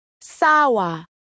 Sawa